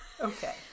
Okay